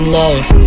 love